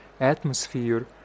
atmosphere